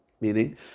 meaning